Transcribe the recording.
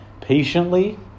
patiently